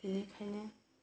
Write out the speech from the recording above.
बेनिखायनो